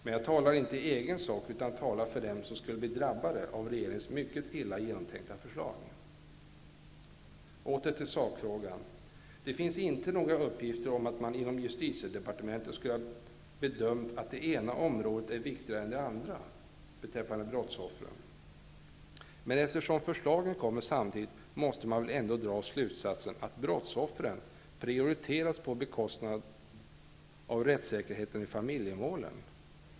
Men jag talar inte i egen sak, utan jag talar för dem som skulle bli drabbade av regeringens mycket illa genomtänkta förslag. Åter till sakfrågan. Det finns inte några uppgifter om att man inom justitiedepartementet skulle ha bedömt att det ena området är viktigare än det andra beträffande brottsoffren. Men eftersom förslagen kommer samtidigt, måste man väl ändå dra slutsatsen att brottsoffren prioriteras på bekostnad av rättssäkerheten i familjemålen.